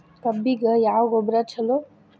ಕಬ್ಬಿಗ ಯಾವ ಗೊಬ್ಬರ ಛಲೋ?